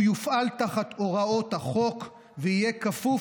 הוא יופעל תחת הוראות החוק ויהיה כפוף